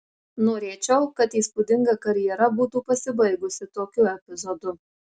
norėčiau kad įspūdinga karjera būtų pasibaigusi tokiu epizodu